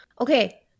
okay